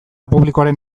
publikoaren